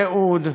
תיעוד,